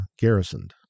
garrisoned